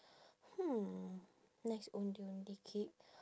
hmm nice ondeh ondeh cake